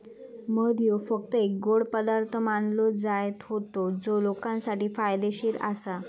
मध ह्यो फक्त एक गोड पदार्थ मानलो जायत होतो जो लोकांसाठी फायदेशीर आसा